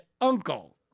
uncle